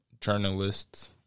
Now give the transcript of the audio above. journalists